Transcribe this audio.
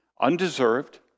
Undeserved